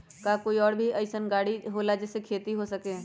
का कोई और भी अइसन और गाड़ी होला जे से खेती हो सके?